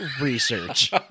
research